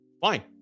Fine